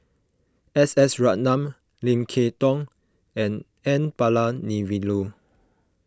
S S Ratnam Lim Kay Tong and N Palanivelu